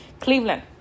Cleveland